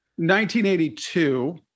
1982